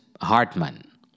Hartman